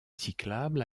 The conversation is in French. cyclable